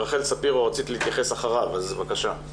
רחל ספירו רצית להתייחס, בבקשה.